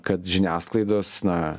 kad žiniasklaidos na